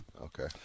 Okay